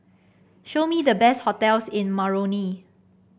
show me the best hotels in Moroni